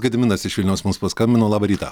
gediminas iš vilniaus mums paskambino labą rytą